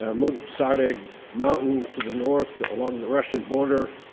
ah munkh saridag mountain to the north along the russian border,